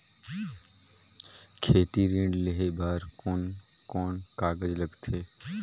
खेती ऋण लेहे बार कोन कोन कागज लगथे?